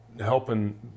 helping